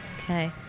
okay